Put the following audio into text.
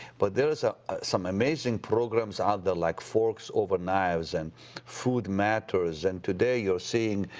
but there was ah some amazing programs out there like forks over knives and food matters and today you're seeing,